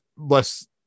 less